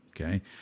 okay